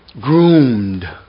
groomed